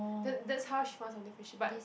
that that's how she found something she but